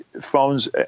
phones